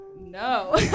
No